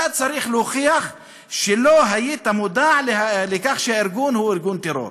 אתה צריך להוכיח שלא היית מודע לכך שהארגון הוא ארגון טרור.